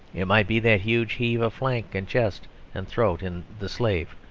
it might be that huge heave of flank and chest and throat in the slave,